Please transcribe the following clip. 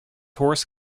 horse